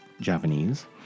Japanese